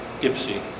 Ipsy